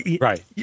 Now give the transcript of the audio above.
right